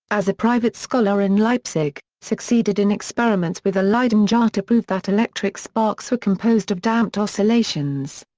as a private scholar in leipzig, succeeded in experiments with the leyden jar to prove that electric sparks were composed of damped oscillations.